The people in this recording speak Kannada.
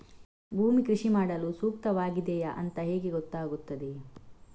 ಭೂಮಿ ಕೃಷಿ ಮಾಡಲು ಸೂಕ್ತವಾಗಿದೆಯಾ ಅಂತ ಹೇಗೆ ಗೊತ್ತಾಗುತ್ತದೆ?